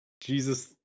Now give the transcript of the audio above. Jesus